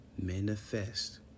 manifest